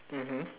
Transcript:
mmhmm